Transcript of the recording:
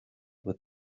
with